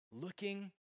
Looking